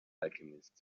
alchemist